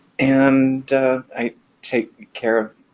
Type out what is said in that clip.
and i take care of